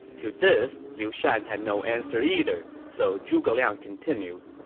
to this, liu shan had no answer either, so zhuge liang continued.